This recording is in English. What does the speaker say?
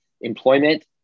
Employment